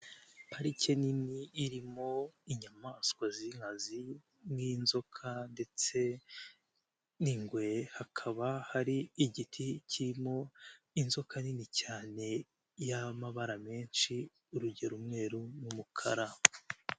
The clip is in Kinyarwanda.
Parike nini irimo inyamaswa z'inkazi, nk'inzoka ndetse n'ingwe hakaba hari igiti kirimo inzoka nini cyane y'amabara menshi urugero umweru n'umukara.